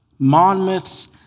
Monmouths